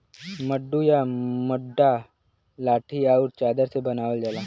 मड्डू या मड्डा लाठी आउर चादर से बनावल जाला